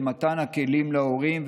זה מתן כלים להורים,